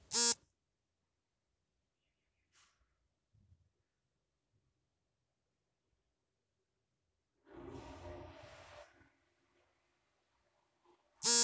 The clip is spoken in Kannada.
ಮರುಬಳಕೆ ನಾರು ಫೆಲ್ಟ್ ಮಾಡಿದ ಸ್ಕ್ರ್ಯಾಪ್ ಅಥವಾ ಬಟ್ಟೆಗಳಿಂದ ಮರುಪಡೆಯಲಾದ ಫೈಬರ್ ಬಳಸಿದಾಗಿದೆ